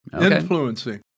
Influencing